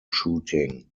shooting